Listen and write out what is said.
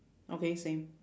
okay same